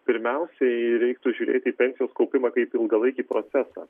pirmiausiai reiktų žiūrėti į pensijos kaupimą kaip ilgalaikį procesą